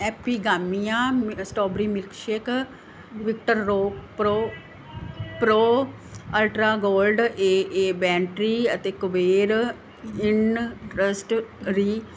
Epigamia strawberry milkshake ਵਿਕਟਰਰੋਪ੍ਰੋਪ੍ਰੋ ultra gold A A battery ਅਤੇ Kuber industry